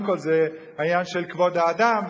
קודם כול זה העניין של כבוד האדם,